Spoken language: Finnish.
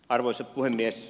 arvoisa puhemies